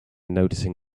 noticing